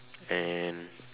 and